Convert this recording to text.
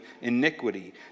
iniquity